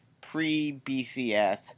pre-BCS